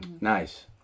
Nice